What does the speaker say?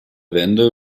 wende